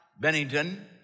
Bennington